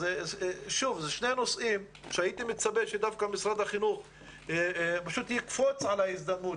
אלה שני נושאים שהייתי מצפה שדווקא משרד החינוך יקפוץ על ההזדמנות,